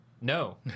no